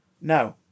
No